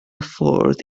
ffordd